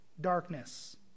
darkness